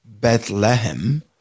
bethlehem